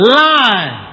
line